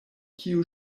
kiu